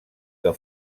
que